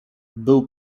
był